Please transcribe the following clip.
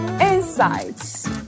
insights